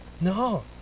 No